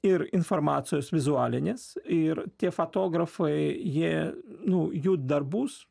ir informacijos vizualinės ir tie fotografai jie nu jų darbus